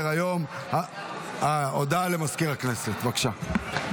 הודעה למזכיר הכנסת, בבקשה.